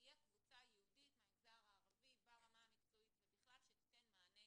תהיה קבוצה ייעודית מהמגזר הערבי ברמה המקצועית ובכלל שתיתן מענה